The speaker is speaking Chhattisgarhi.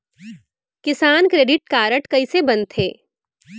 किसान क्रेडिट कारड कइसे बनथे?